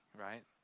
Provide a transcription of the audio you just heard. right